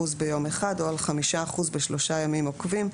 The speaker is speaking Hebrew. ביום אחד או על 5% בשלושה ימים עוקבים,